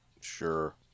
Sure